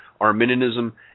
Arminianism